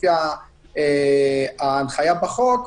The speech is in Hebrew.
לפי ההנחיה בחוק,